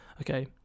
Okay